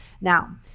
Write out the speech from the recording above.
Now